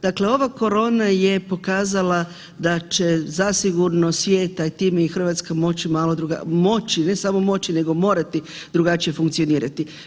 Dakle, ova korona je pokazala da će zasigurno svijet, a i time i RH moći malo, moći, ne samo moći nego morati drugačije funkcionirati.